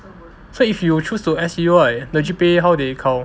so if you choose to S_U right the G_P_A how they count